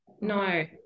No